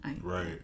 Right